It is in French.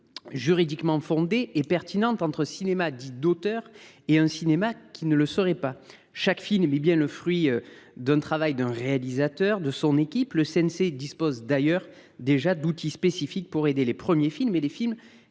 juridiquement fondée et pertinente entre un cinéma dit d’auteur et un cinéma qui n’en serait pas. Chaque film est bien le fruit du travail d’un réalisateur et de son équipe. Le CNC dispose d’ailleurs déjà d’outils spécifiques pour aider les premiers films et les films